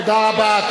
תודה רבה.